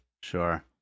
sure